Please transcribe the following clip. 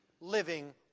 living